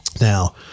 Now